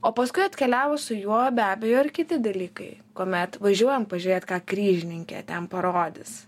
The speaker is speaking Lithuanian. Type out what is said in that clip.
o paskui atkeliavo su juo be abejo ir kiti dalykai kuomet važiuojam pažiūrėt ką kryžininkė ten parodys